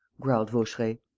growled vaucheray.